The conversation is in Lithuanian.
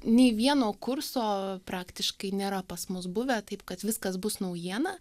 nei vieno kurso praktiškai nėra pas mus buvę taip kad viskas bus naujiena